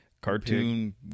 cartoon